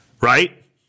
right